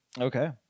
Okay